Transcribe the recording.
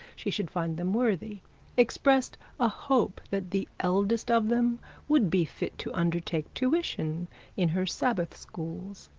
she should find them worthy expressed a hope that the eldest of them would be fit to undertake tuition in her sabbath schools,